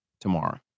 tomorrow